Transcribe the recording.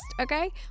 okay